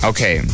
Okay